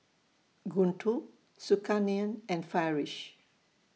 Guntur Zulkarnain and Farish